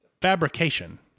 Fabrication